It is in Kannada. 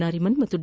ನಾರಿಮನ್ ಮತ್ತು ಡಿ